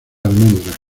almendras